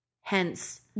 Hence